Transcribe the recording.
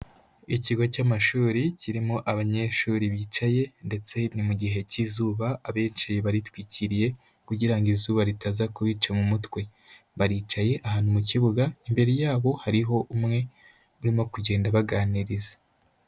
Ikigo cy'amashuri kirimo abanyeshuri bicaye ndetse ni mu gihe cy'izuba, abenshi baritwikiriye kugira ngo izuba ritaza kubica mu mutwe, baricaye ahantu mu kibuga imbere yabo hariho umwe urimo kugenda abaganiriza.